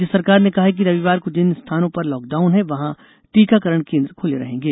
राज्य सरकार ने कहा है कि रविवार को जिन स्थानों पर लॉकडाऊन है वहां टीकाकरण केंद्र खुले रहेंगे